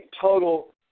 total